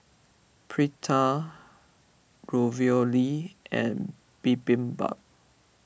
Pita Ravioli and Bibimbap